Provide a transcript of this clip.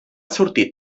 sortir